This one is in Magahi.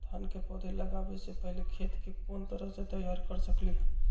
धान के पौधा लगाबे से पहिले खेत के कोन तरह से तैयार कर सकली ह?